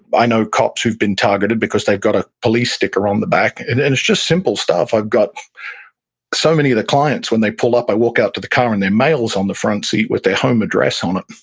i know cops been targeted because they've got a police sticker on the back and and it's just simple stuff. i've got so many of the clients, when they pull up, i walk out to the car, and their mail is on the front seat with their home address on it.